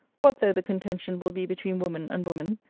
what though the contention will be between woman and woman?